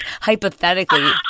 hypothetically